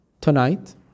tonight